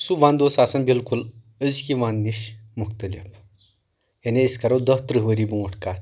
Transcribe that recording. سُہ ونٛدٕ اوس آسان بالکُل آز کہِ ونٛدٕ نِش مُختلف یعنی أسۍ کرو دہ تٕرٕہ ؤری برونٛٹھ کتھ